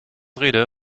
rede